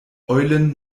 eulen